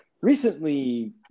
Recently